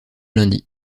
lundi